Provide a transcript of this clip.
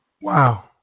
Wow